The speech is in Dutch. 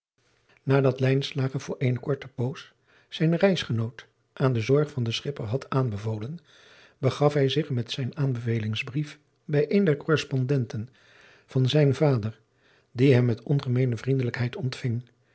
lijnslager voor eene korte poos zijn reisgenoot aan de zorg van den schipper had aanbevolen begaf hij zich met zijn aanbevelingsbrief bij een der korrespondenten van zijnen vader die hem met ongemeene vriendelijkheid ontving